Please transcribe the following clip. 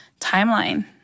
timeline